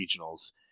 regionals